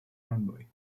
runway